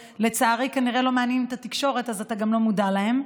שלצערי כנראה לא מעניינים את התקשורת אז אתה גם לא מודע להם,